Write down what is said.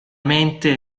mente